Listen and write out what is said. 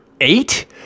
eight